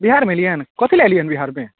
बिहारमे अयलियै कथि लए अयलियै बिहारमे